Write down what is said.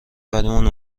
بریمون